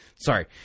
Sorry